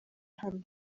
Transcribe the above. hano